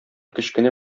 кечкенә